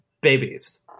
babies